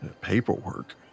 Paperwork